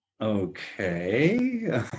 okay